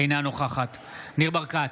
אינה נוכחת ניר ברקת,